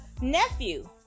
nephew